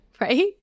right